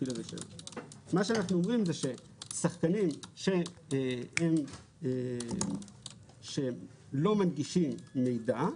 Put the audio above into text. אנו אומרים ששחקנים שהם לא מנגישים מידע,